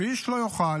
איש לא יוכל